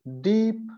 deep